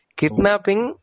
kidnapping